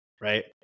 Right